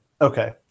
Okay